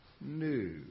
new